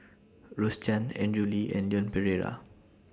Rose Chan Andrew Lee and Leon Perera